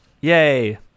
Yay